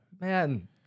man